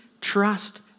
trust